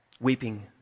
weeping